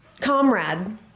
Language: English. comrade